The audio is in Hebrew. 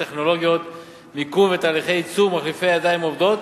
טכנולוגיות מיכון ותהליכי ייצור מחליפי ידיים עובדות.